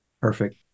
perfect